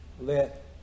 let